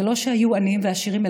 זה לא שהיו עניים ועשירים,